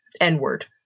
N-word